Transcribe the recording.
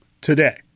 today